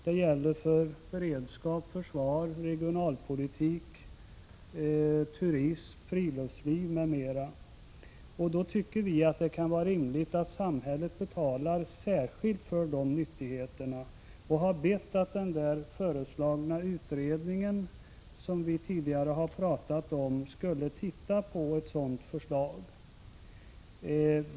Det gäller beredskap, försvar, regionalpolitik, turism, friluftsliv m.m. Då tycker vi att det kan vara rimligt att samhället betalar särskilt för de nyttigheterna, och vi har bett att den föreslagna utredningen, som vi tidigare har pratat om, skulle titta på ett sådant förslag.